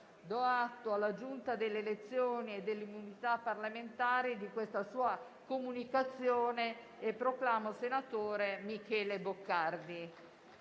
Do atto alla Giunta delle elezioni e delle immunità parlamentari di questa sua comunicazione e proclamo senatrice Clotilde